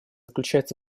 заключается